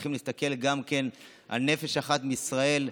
צריכים להסתכל גם כן על נפש אחת מישראל.